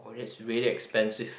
oh that's really expensive